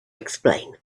explain